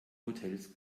hotels